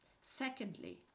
Secondly